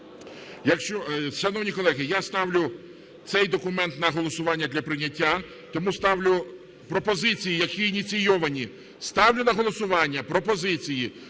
Шановні колеги, я ставлю цей документ на голосування для прийняття, тому ставлю пропозиції, які ініційовані... Ставлю на голосування пропозиції,